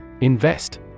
Invest